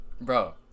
Bro